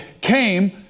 came